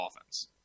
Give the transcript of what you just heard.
offense